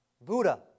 Buddha